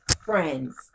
friends